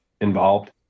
involved